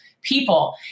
people